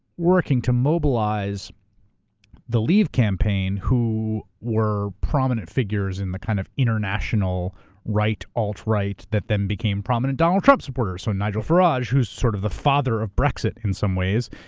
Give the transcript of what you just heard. working to mobilize the leave campaign who were prominent figures in the kind of international right, alt-right that then became prominent donald trump supporters. so nigel farage who's sort of the father of brexit in some ways,